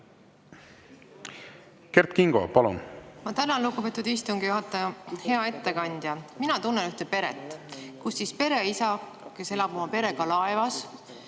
Kert Kingo, palun! Ma tänan, lugupeetud istungi juhataja. Hea ettekandja! Mina tunnen ühte peret, kus pereisa, kes elab oma perega Laevas,